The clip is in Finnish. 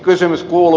kysymys kuuluu